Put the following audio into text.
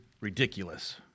ridiculous